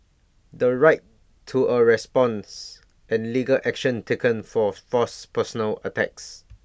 the right to A response and legal action taken for false personal attacks